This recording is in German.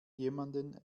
jemanden